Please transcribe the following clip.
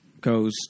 goes